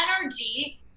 energy